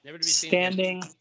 standing